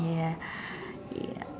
ya ya